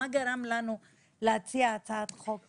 מה גרם לנו להציע הצעת חוק כזו.